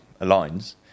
aligns